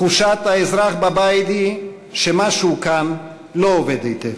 תחושת האזרח בבית היא שמשהו כאן לא עובד היטב,